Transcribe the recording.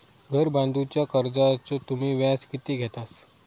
घर बांधूच्या कर्जाचो तुम्ही व्याज किती घेतास?